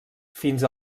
fins